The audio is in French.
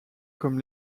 comme